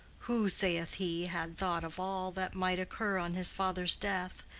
who, saith he, had thought of all that might occur on his father's death,